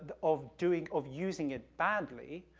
ah of doing, of using it badly,